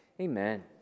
Amen